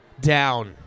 down